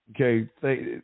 okay